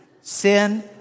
Sin